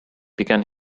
began